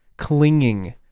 Clinging